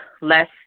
less